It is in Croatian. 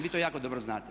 Vi to jako dobro znate.